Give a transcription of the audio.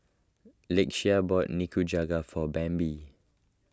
Lakeshia bought Nikujaga for Bambi